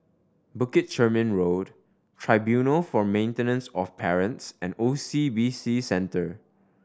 Bukit Chermin Road Tribunal for Maintenance of Parents and O C B C Center